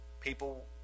people